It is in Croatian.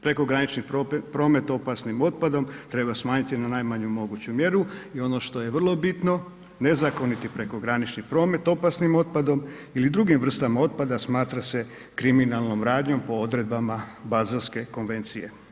Prekogranični promet opasnim otpadom treba smanjiti na najmanju mogući mjeru i ono što je vrlo bitno, nezakoniti prekogranični promet opasnim otpadom ili drugim vrstama otpada, smatra se kriminalnom radnjom po odredbama Bazelske konvencije.